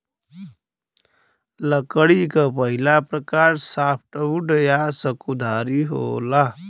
लकड़ी क पहिला प्रकार सॉफ्टवुड या सकुधारी होला